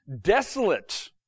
desolate